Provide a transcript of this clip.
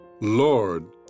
Lord